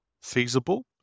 feasible